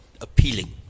appealing